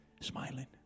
Smiling